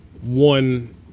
one